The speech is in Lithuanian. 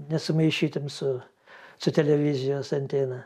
nesumaišytum su su televizijos antena